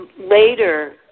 later